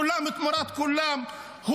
כולם תמורת כולם,